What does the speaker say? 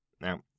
Now